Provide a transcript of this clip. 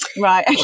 Right